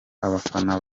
abafana